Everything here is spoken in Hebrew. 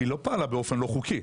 היא לא פעלה באופן לא חוקי.